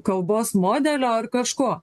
kalbos modelio ar kažko